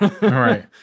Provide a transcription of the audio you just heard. right